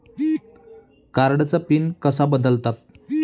कार्डचा पिन कसा बदलतात?